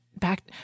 Back